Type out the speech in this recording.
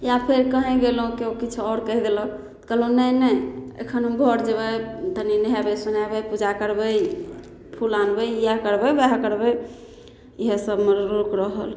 या फेर कहि गेलहुँ केओ किछु आओर कहि देलक तऽ कहलहुँ नहि नहि एखन हम घर जेबै तनि नहेबै सोनेबै पूजा करबै फूल आनबै इएह करबै वएह करबै इएहसबमे रोक रहल